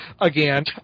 again